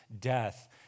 death